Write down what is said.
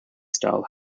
style